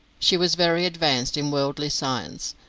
she was very advanced in wordly science,